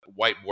whiteboard